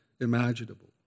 imaginable